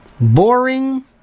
Boring